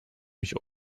ich